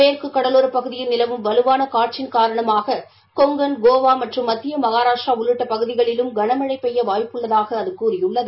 மேற்கு கடலோரப் பகுதியில் நிலவும் வலுவான காற்றின் காரணமாக கொங்கன் கோவா மற்றும் மத்திய மகாராஷ்டிரா உள்ளிட்ட பகுதிகளிலும் கனமழை பெய்ய வாய்ப்பு உள்ளதாக அது கூறியுள்ளது